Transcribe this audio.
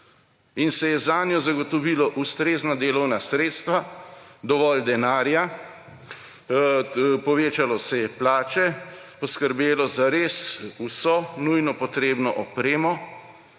in se je zanjo zagotovilo ustrezna delovna sredstva, dovolj denarja, povečalo se je plače, poskrbelo za res vso nujno potrebno opremo,